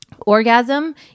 orgasm